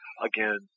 again